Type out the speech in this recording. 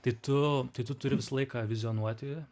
tai tu tai tu turi visą laiką vizionuoti